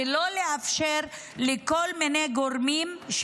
ולא לאפשר לכל מיני גורמים,